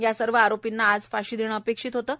या सर्व आयेपींना आज फाशी देणं अपेक्षित होतं